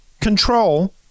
control